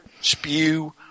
spew